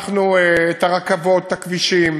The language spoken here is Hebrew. את הרכבות, את הכבישים,